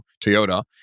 Toyota